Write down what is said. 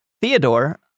Theodore